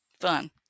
fun